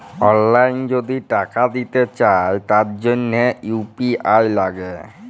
অললাইল যদি টাকা দিতে চায় তার জনহ ইউ.পি.আই লাগে